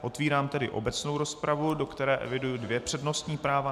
Otevírám tedy obecnou rozpravu, do které eviduji dvě přednostní práva.